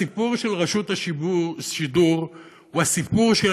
הסיפור של רשות השידור הוא הסיפור של